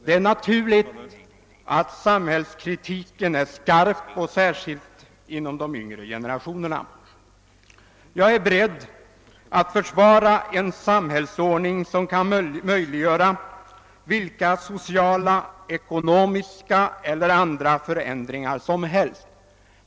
Det är naturligt att samhällskritiken är skarp, särskilt inom de yngre generationerna. Jag är beredd att försvara en samhällsordning som kan möjliggöra vilka sociala, ekonomiska eller andra förändringar som helst.